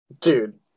Dude